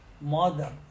mother